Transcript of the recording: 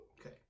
Okay